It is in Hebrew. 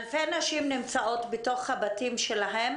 אלפי נשים נמצאות בתוך הבתים שלהן,